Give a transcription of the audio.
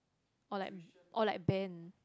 or like or like band